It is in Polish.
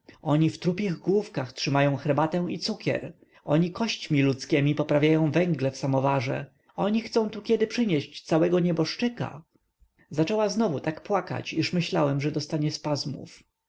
oni w trupich główkach trzymają herbatę i cukier oni kośćmi ludzkiemi poprawiają węgle w samowarze oni chcą tu kiedy przynieść całego nieboszczyka zaczęła znowu tak płakać iż myślałem że dostanie spazmów